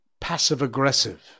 passive-aggressive